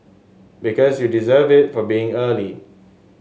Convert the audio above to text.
because you deserve it for being early